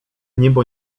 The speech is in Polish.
niebo